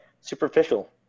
superficial